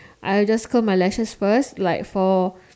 I just Curl my lashes first like for